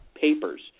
papers